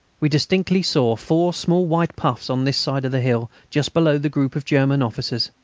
we distinctly saw four small white puffs on the side of the hill just below the group of german officers.